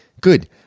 Good